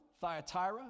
Thyatira